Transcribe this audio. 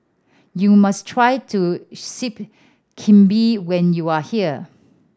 you must try to Sup Kambing when you are here